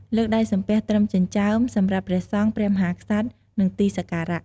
លើកដៃសំពះត្រឹមចិញ្ចើម សម្រាប់ព្រះសង្ឃ ព្រះមហាក្សត្រ និង ទីសក្ការៈ។